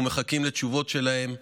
אנחנו מחכים לתשובות שלהם.